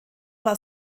war